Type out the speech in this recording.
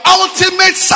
ultimate